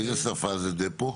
באיזה שפה זה דפו?